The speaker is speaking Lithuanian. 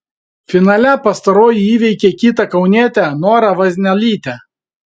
finale pastaroji įveikė kitą kaunietę norą vaznelytę